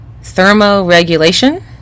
thermoregulation